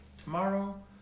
Tomorrow